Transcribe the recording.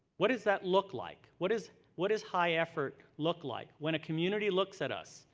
what does that look like? what is what is high effort look like? when a community looks at us,